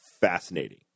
fascinating